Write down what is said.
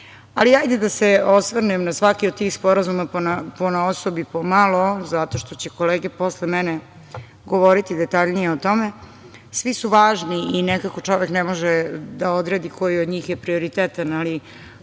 hajde da se osvrnem na svaki od tih sporazuma ponaosob i po malo, zato što će kolege posle mene govoriti detaljnije o tome. Svi su važni i nekako čovek ne može da odredi koji od njih je prioritetan, ali